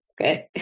Okay